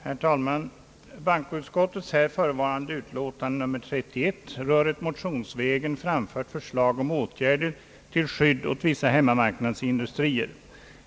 Herr talman! Bankoutskottets här förevarande utlåtande nr 31 rör ett motionsvägen framfört förslag om åtgärder till skydd åt vissa hemmamarknadsindustrier.